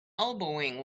elbowing